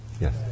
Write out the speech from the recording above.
Yes